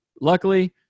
luckily